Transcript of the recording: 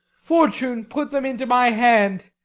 fortune, put them into my hand.